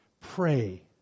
pray